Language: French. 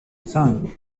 cinq